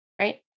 right